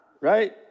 right